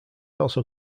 also